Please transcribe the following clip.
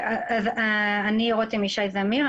אני רותם ישי זמיר,